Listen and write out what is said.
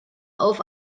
auf